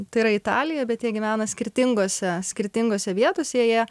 tai yra italija bet jie gyvena skirtingose skirtingose vietose jie